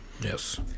Yes